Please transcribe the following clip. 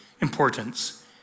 importance